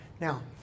Now